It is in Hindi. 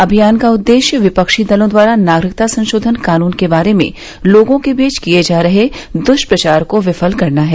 अभियान का उद्देश्य विपक्षी दलों द्वारा नागरिकता संशोधन कानून के बारे में लोगों के बीच किए जा रहे दुष्प्रचार को विफल करना है